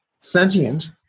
sentient